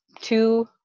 two